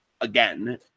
again